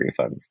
refunds